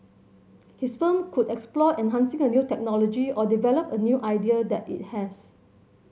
his firm could explore enhancing a new technology or develop a new idea that it has